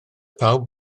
pawb